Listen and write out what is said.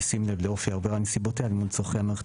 בשים לב לאופי העובר על נסיבותיה אל מול צרכי המערכת